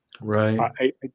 Right